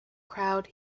crowd